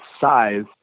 size